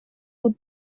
would